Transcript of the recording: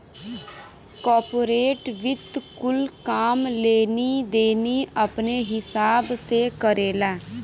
corporate वित्त कुल काम लेनी देनी अपने हिसाब से करेला